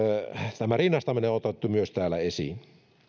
tämä rinnastaminen on otettu myös täällä esiin